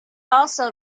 also